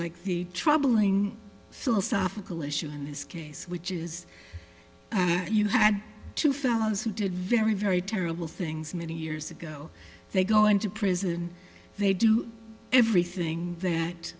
like the troubling philosophical issue in this case which is you had two fellows who did very very terrible things many years ago they go into prison they do everything that